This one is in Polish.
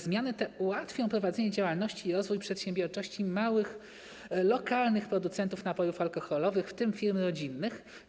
Zmiany te ułatwią prowadzenie działalności i rozwój przedsiębiorczości małych, lokalnych producentów napojów alkoholowych, w tym firm rodzinnych.